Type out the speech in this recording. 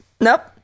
nope